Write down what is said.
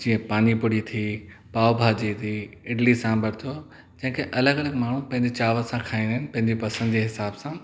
जीअ पानीपूरी थी पाव भाजी थी इडली सांभर थियो जंहिंखे अलॻि अलॻि माण्हूं पंहिंजे चाव सां खाईंदा आहिनि पंहिंजे पसंदि जे हिसाबु सां